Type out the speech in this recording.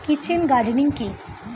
Kitchen gardening কি?